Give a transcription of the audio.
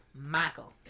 Michael